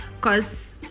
Cause